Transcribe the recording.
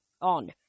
on